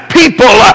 people